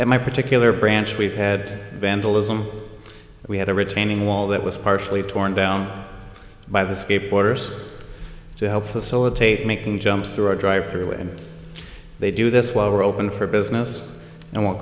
and my particular branch we've had vandalism we had a retaining wall that was partially torn down by the scape waters to help facilitate making jumps through a drive through and they do this while we're open for business and w